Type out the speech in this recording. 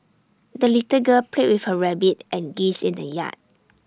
the little girl played with her rabbit and geese in the yard